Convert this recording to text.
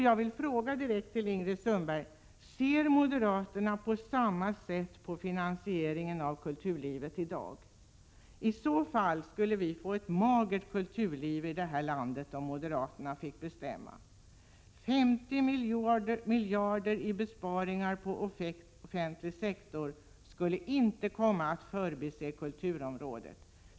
Jag vill fråga Ingrid Sundberg direkt: Ser moderaterna på samma sätt i dag på finansieringen av kulturlivet? I så fall skulle vi få ett magert kulturliv i det här landet, om moderaterna fick bestämma. 50 miljarder i besparingar inom den offentliga sektorn skulle inte komma att utesluta kulturområdet.